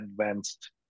advanced